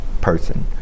person